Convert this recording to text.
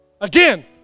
Again